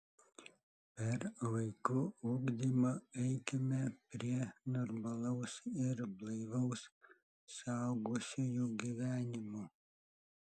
per vaikų ugdymą eikime prie normalaus ir blaivaus suaugusiųjų gyvenimo